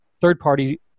third-party